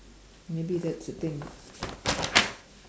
maybe that's the thing